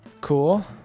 Cool